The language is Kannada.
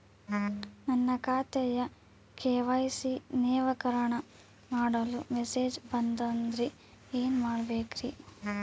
ನನ್ನ ಖಾತೆಯ ಕೆ.ವೈ.ಸಿ ನವೇಕರಣ ಮಾಡಲು ಮೆಸೇಜ್ ಬಂದದ್ರಿ ಏನ್ ಮಾಡ್ಬೇಕ್ರಿ?